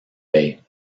bay